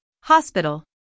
hospital